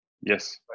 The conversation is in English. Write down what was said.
Yes